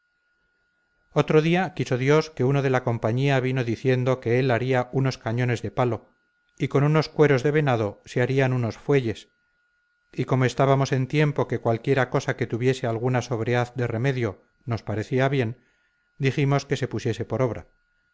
otro día quiso dios que uno de la compañía vino diciendo que él haría unos cañones de palo y con unos cueros de venado se harían unos fuelles y como estábamos en tiempo que cualquiera cosa que tuviese alguna sobrehaz de remedio nos parecía bien dijimos que se pusiese por obra